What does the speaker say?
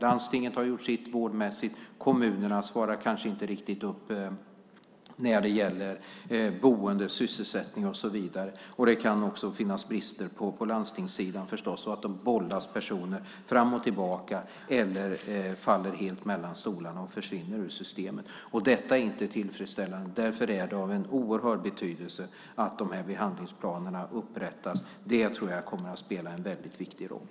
Landstinget har gjort sitt vårdmässigt. Kommunerna svarar kanske inte riktigt upp när det gäller boende, sysselsättning och så vidare. Det kan förstås också finnas brister på landstingssidan. Personer bollas fram och tillbaka eller faller helt mellan stolarna och försvinner ur systemet. Detta är inte tillfredsställande. Därför är det av en oerhörd betydelse att de här behandlingsplanerna upprättas. Det tror jag kommer att spela en väldigt viktig roll.